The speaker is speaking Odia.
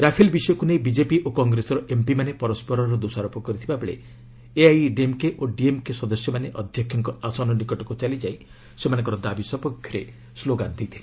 ରାଫେଲ ବିଷୟକୁ ନେଇ ବିଜେପି ଓ କଂଗ୍ରେସର ଏମ୍ପି ମାନେ ପରସ୍କରର ଦୋଷାରୋପ କରିଥିବାବେଳେ ଏଆଇଏଡିଏମ୍କେ ଓ ଡିଏମ୍କେ ସଦସ୍ୟମାନେ ଅଧ୍ୟକ୍ଷଙ୍କ ଆସନ ନିକଟକୁ ଚାଲିଯାଇ ସେମାନଙ୍କର ଦାବି ସପକ୍ଷରେ ସ୍କୋଗାନ୍ ଦେଇଥିଲେ